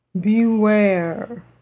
Beware